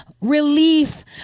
Relief